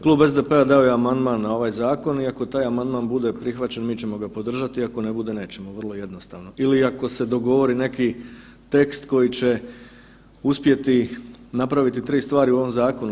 Klub SDP-a dao je amandman na ovaj zakon i ako taj amandman bude prihvaćen mi ćemo ga podržati, ako ne bude nećemo, vrlo jednostavno ili ako se dogovori neki tekst koji će uspjeti napraviti tri stvari u ovom zakonu.